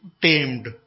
tamed